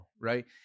right